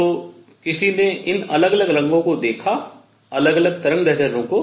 तो किसी ने इन अलग अलग रंगों को देखा अलग अलग तरंगदैर्ध्यों को